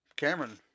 Cameron